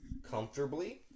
comfortably